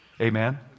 Amen